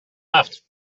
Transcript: left